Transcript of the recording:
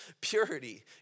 purity